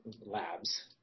labs